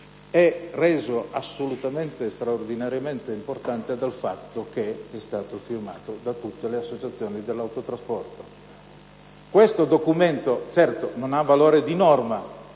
di questo documento è reso straordinariamente importante dal fatto che è stato firmato da tutte le associazioni dell'autotrasporto. Questo documento certo non ha valore di norma,